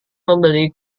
membeli